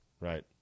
Right